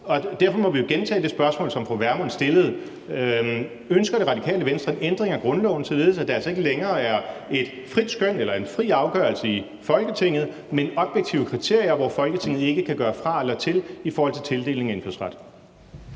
og derfor må vi jo gentage det spørgsmål, som fru Pernille Vermund stillede: Ønsker Radikale Venstre en ændring af grundloven, således at det altså ikke længere er et frit skøn eller en fri afgørelse i Folketinget, men objektive kriterier, hvor Folketinget ikke kan gøre fra eller til i forhold til tildelingen af indfødsret?